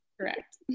Correct